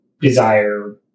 desire